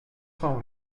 cent